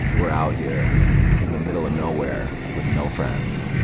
we're out here in the middle of nowhere with no friends,